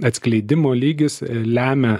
atskleidimo lygis lemia